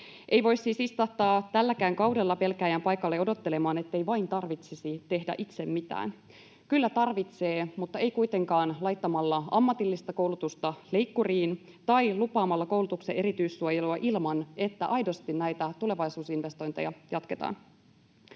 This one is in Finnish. Ei voi siis istahtaa tälläkään kaudella pelkääjän paikalle odottelemaan, ettei vain tarvitsisi tehdä itse mitään. Kyllä tarvitsee, mutta ei kuitenkaan laittamalla ammatillista koulutusta leikkuriin tai lupaamalla koulutuksen erityissuojelua ilman, että aidosti näitä tulevaisuusinvestointeja jatketaan.